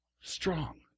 strong